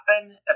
happen